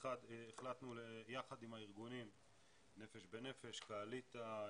אחת, החלטנו יחד עם הארגונים, 'נפש בנפש', קעליטה,